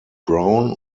brown